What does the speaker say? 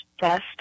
Best